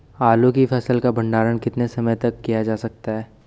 आलू की फसल का भंडारण कितने समय तक किया जा सकता है?